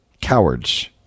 Cowards